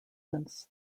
since